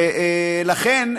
ולכן,